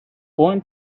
born